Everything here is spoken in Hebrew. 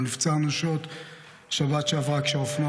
הוא נפצע אנושות בשבת שעברה כשהאופנוע